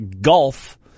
golf